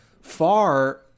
far